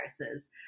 viruses